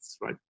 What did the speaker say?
right